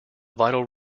vital